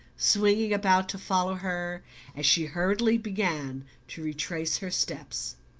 swinging about to follow her as she hurriedly began to retrace her steps.